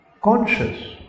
conscious